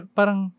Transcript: parang